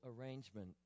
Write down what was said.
arrangement